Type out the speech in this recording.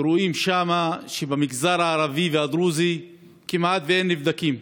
ורואים שם שבמגזר הערבי והדרוזי כמעט אין נבדקים,